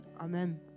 Amen